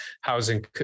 housing